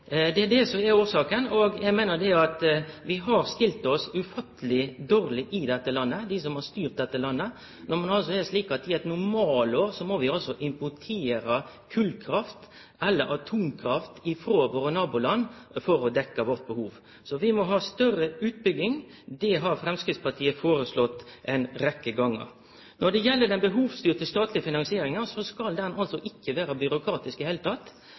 Det er det som er årsaka. Eg meiner at dei som har styrt dette landet, har stilt oss ufatteleg dårleg når det er slik at vi i eit normalår må importere kolkraft eller atomkraft frå nabolanda våre for å dekkje behovet vårt. Vi må ha større utbygging. Det har Framstegspartiet foreslått ei rekkje gonger. Når det gjeld den behovsstyrte statlege finansieringa, skal den ikkje